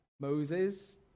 Moses